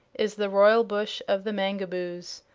is the royal bush of the mangaboos.